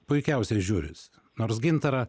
puikiausiai žiūris nors gintarą